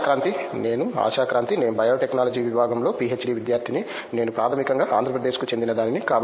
ఆశా క్రాంతి నేను ఆశా క్రాంతి నేను బయోటెక్నాలజీ విభాగంలో పీహెచ్డీ విద్యార్థిని నేను ప్రాథమికంగా ఆంధ్రప్రదేశ్కు చెందినదానిని